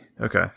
Okay